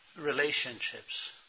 relationships